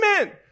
Amen